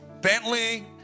Bentley